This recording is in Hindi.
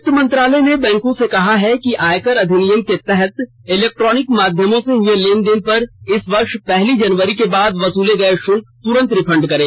वित्त मंत्रालय ने बैंकों से कहा है कि आयकर अधिनियम के तहत इलेक्ट्रोनिक माध्यमों से हुए लेनदेन पर इस वर्ष पहली जनवरी के बाद वसूले गये शुल्क तुरंत रिफंड करें